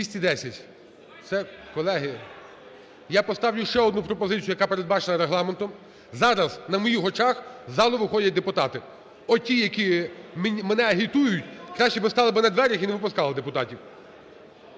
210. Це, колеги, я поставлю ще одну пропозицію, яка передбачена Регламентом. Зараз на моїх очах з залу виходять депутати. Оті, які мене агітують, краще би стали на дверях і не випускали депутатів.